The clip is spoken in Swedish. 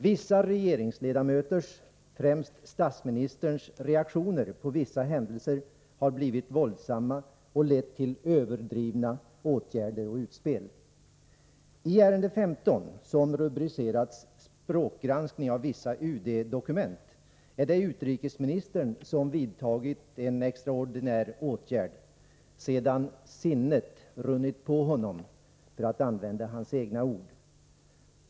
Vissa regeringsledamöters, främst statsministerns, reaktioner på vissa händelser har blivit våldsamma och lett till överdrivna åtgärder och utspel. I ärende 15 som rubricerats Språkgranskning av vissa UD-dokument är det utrikesministern som vidtagit en extraordinär åtgärd, sedan sinnet runnit på honom, för att använda hans egna ord.